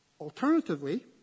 Alternatively